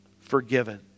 forgiven